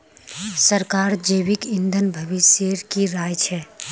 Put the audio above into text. सरकारक जैविक ईंधन भविष्येर की राय छ